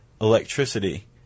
electricity